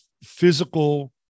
physical